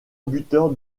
buteur